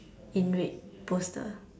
in red poster